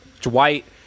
Dwight